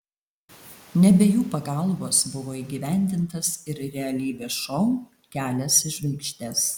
ne be jų pagalbos buvo įgyvendintas ir realybės šou kelias į žvaigždes